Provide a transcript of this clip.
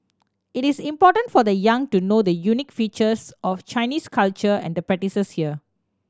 it is important for the young to know the unique features of Chinese culture and the practices here